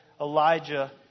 Elijah